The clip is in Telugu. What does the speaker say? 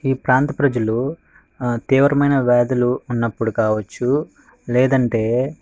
ఈ ప్రాంత ప్రజలు ఆ తీవ్రమైన వ్యాధులు ఉన్నప్పుడు కావచ్చు